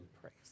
Praise